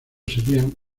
serían